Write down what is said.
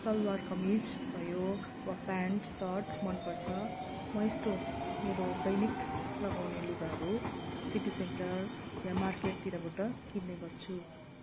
सलवार कमिज भयो वा pant shirt मन पर्छ म यस्तो मेरो दैनिक लगाउने लुगाहरू सिटी सेन्टर वा मार्केटतिरबाट किन्ने गर्छु